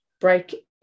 break